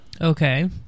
Okay